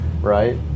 right